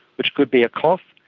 which could be a cough,